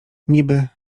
niby